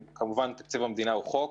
תקציב המדינה הוא חוק.